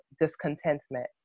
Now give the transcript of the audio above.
discontentment